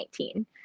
2019